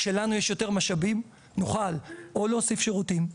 כשלנו יש יותר משאבים נוכל או להוסיף שירותים,